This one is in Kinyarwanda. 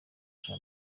cya